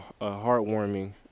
heartwarming